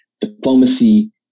diplomacy